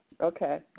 Okay